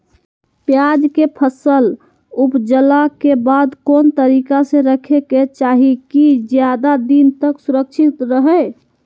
प्याज के फसल ऊपजला के बाद कौन तरीका से रखे के चाही की ज्यादा दिन तक सुरक्षित रहय?